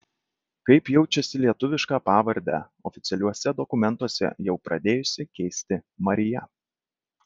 kaip jaučiasi lietuvišką pavardę oficialiuose dokumentuose jau pradėjusi keisti marija